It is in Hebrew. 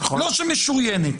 לא שמשוריינת.